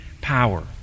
power